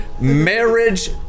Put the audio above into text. marriage